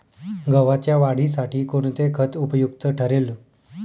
गव्हाच्या वाढीसाठी कोणते खत उपयुक्त ठरेल?